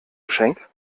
geschenk